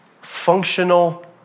functional